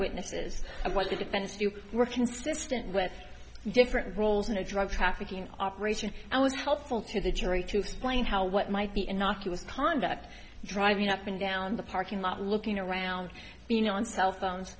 witnesses of what the defense view were consistent with different roles in a drug trafficking operation and was helpful to the jury to explain how what might be innocuous conduct driving up and down the parking lot looking around you know on cellphones